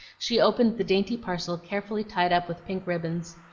she opened the dainty parcel carefully tied up with pink ribbons.